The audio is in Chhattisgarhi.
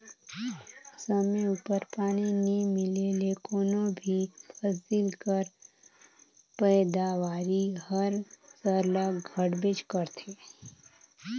समे उपर पानी नी मिले ले कोनो भी फसिल कर पएदावारी हर सरलग घटबे करथे